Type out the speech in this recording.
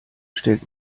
stellt